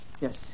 Yes